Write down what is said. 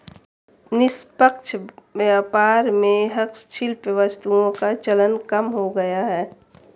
निष्पक्ष व्यापार में हस्तशिल्प वस्तुओं का चलन कम हो गया है